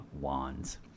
Wands